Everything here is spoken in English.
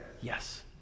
Yes